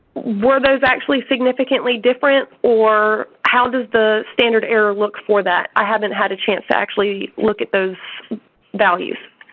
were those actually significantly different or how does the standard error look for that? i haven't had a chance to actually look at those values.